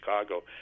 Chicago